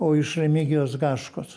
o iš remigijaus gaškos